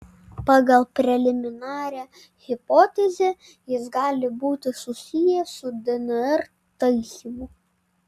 pagal preliminarią hipotezę jis gali būti susijęs su dnr taisymu